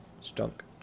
Stunk